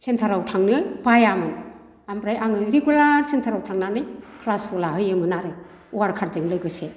सेन्टाराव थांनो बायामोन ओमफ्राय आङो जे खला सेन्टारआव थांनानै क्लासखौ लाहैयोमोन आरो वारकारजों लोगोसे